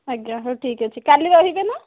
ଆଜ୍ଞା ହଉ ଠିକ୍ ଅଛି କାଲି ରହିବେ ନା